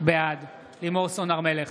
בעד לימור סון הר מלך,